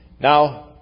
Now